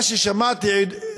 מה ששמעתי,